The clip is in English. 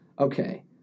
okay